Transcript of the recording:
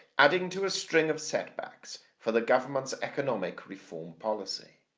adding to a string of setbacks for the government's economic reform policy.